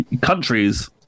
countries